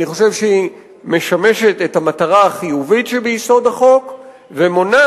אני חושב שהיא משמשת את המטרה החיובית שביסוד החוק ומונעת